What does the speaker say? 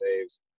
saves